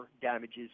damages